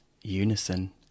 Unison